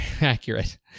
accurate